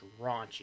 raunchy